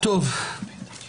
הישיבה נעולה.